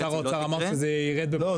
לא,